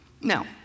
Now